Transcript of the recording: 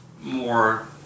more